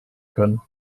können